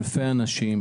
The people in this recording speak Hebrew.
אלפי אנשים,